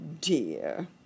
dear